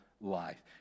life